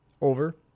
over